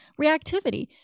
Reactivity